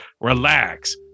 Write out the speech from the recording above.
relax